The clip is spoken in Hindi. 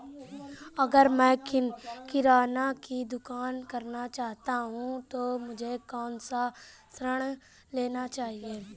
अगर मैं किराना की दुकान करना चाहता हूं तो मुझे कौनसा ऋण लेना चाहिए?